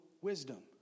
wisdom